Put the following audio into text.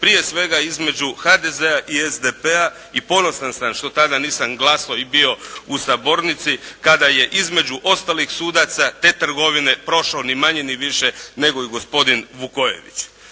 prije svega između HDZ-a i SDP-a i ponosan sam što tada nisam glasao i bio u sabornici kada je između ostalih sudaca te trgovine prošao ni manje ni više nego i gospodin Vukojević.